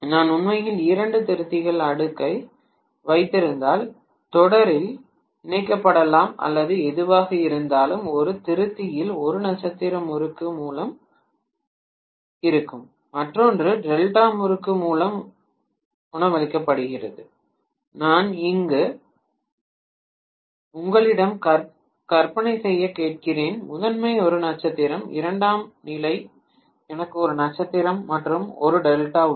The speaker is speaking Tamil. நான் உண்மையில் இரண்டு திருத்திகள் அடுக்கை வைத்திருந்தால் தொடரில் இணைக்கப்படலாம் அல்லது எதுவாக இருந்தாலும் ஒரு திருத்தியில் ஒரு நட்சத்திர முறுக்கு மூலம் உணவளிக்கப்படுகிறது மற்றொன்று டெல்டா முறுக்கு மூலம் உணவளிக்கப்படுகிறது நான் உங்களிடம் கற்பனை செய்யக் கேட்கிறேன் முதன்மை ஒரு நட்சத்திரம் இரண்டாம் நிலை எனக்கு ஒரு நட்சத்திரம் மற்றும் ஒரு டெல்டா உள்ளது